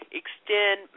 extend